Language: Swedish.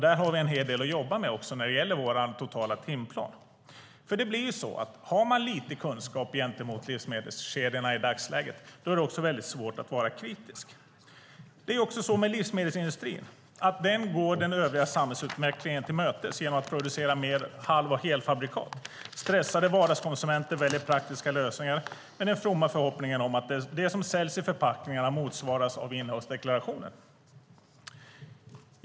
Där har vi en del att jobba med när det gäller vår totala timplan. Har man i dagsläget lite kunskap gentemot livsmedelskedjorna är det väldigt svårt att vara kritisk. Livsmedelsindustrin går den övriga samhällsutvecklingen till mötes genom att producera mer halv och helfabrikat. Stressade vardagskonsumenter väljer praktiska lösningar med den fromma förhoppningen att det som säljs i förpackningen motsvaras av innehållsdeklarationen.